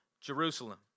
Jerusalem